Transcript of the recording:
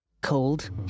cold